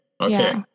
Okay